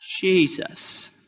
Jesus